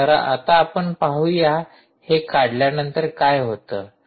तर आता आपण पाहूया हे काढल्यानंतर काय होतं